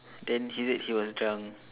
then he said he was drunk